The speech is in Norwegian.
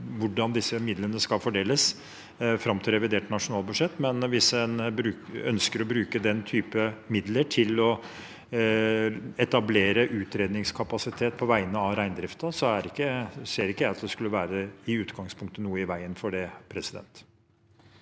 hvordan disse midlene skal fordeles fram til revidert nasjonalbudsjett, men hvis en ønsker å bruke slike midler til å etablere utredningskapasitet på vegne av reindriften, ser jeg ikke at det i utgangspunktet skulle være noe i veien